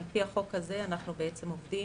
על פי החוק הזה אנחנו עובדים,